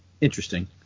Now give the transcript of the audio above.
interesting